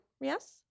Yes